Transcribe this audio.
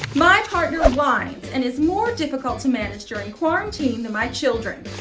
my partner whines and it's more difficult to manage during quarantine than my children.